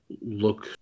look